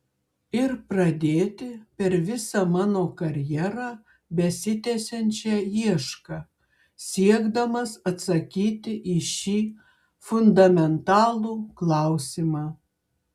ir pradėti per visą mano karjerą besitęsiančią iešką siekdamas atsakyti į šį fundamentalų klausimą